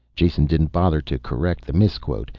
jason didn't bother to correct the misquote,